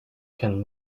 can